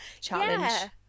challenge